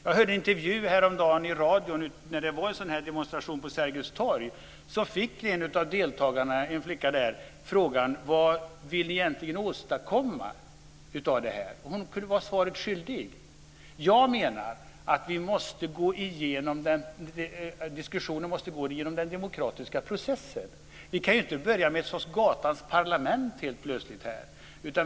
Jag hörde en intervju i radion häromdagen, när det hölls en sådan demonstration på Sergels torg. En av deltagarna - en flicka - fick frågan vad de egentligen vill åstadkomma med detta. Hon blev svaret skyldig. Jag menar att diskussionen måste gå genom demokratiska processer. Vi kan inte börja med ett slags gatans parlament helt plötsligt.